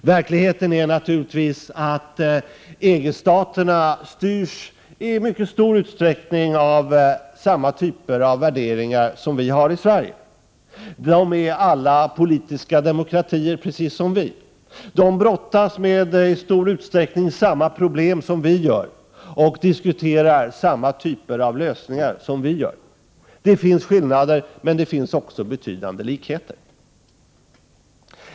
Verkligheten är naturligtvis att EG-staterna i mycket stor utsträckning styrs av samma typer av värderingar som vi har i Sverige. Länderna inom EG är alla, liksom Sverige, politiska demokratier. De brottas i stor utsträckning med samma problem som vi i Sverige, och de diskuterar samma typ av lösningar som vi gör. Det finns skillnader, men det finns också betydande likheter.